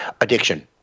addiction